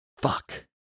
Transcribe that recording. Fuck